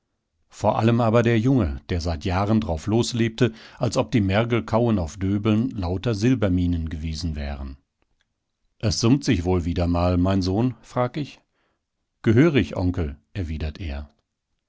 vor allem aber der junge der seit jahren drauf loslebte als ob die mergelkaulen auf döbeln lauter silberminen gewesen wären es summt sich wohl wieder mal mein sohn frag ich gehörig onkel erwidert er